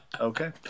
Okay